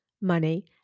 money